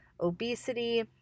obesity